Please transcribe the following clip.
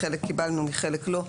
מחלק קיבלנו, מחלק לא.